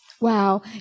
Wow